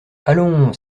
allons